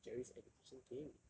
jerry's education thing